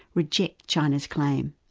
reject china's claim.